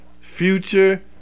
Future